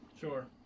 Sure